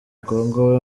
congo